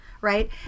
Right